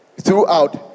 throughout